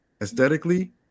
aesthetically